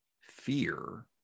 fear